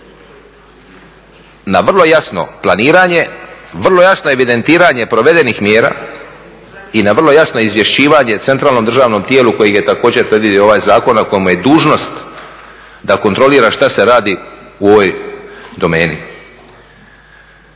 na vrlo jasno planiranje, vrlo jasno evidentiranje provedenih mjera i na vrlo jano izvješćivanje centralnom državnom tijelu kojeg je također predvidio ovaj zakon, a kojemu je dužnost da kontrolira što se radi u ovoj domeni.